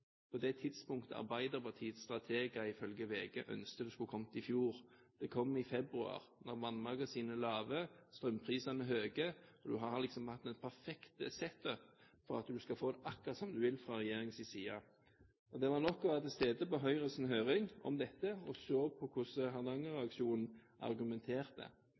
på det tidspunktet som Arbeiderpartiets strateger, i følge VG, ønsket det skulle komme i fjor. Det kom i februar, da vannmagasinene var lave, strømprisene høye og når man liksom hadde det perfekte set-up for å få det akkurat som man ville fra regjeringens side. Det var nok å være til stede på Høyres høring om dette og se på hvordan Hardanger-aksjonen argumenterte.